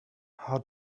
how